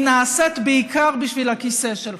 אם היא נעשית בעיקר בשביל הכיסא שלך.